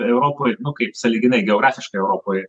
europoje nu kaip sąlyginai geografiškai europoje